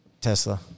Tesla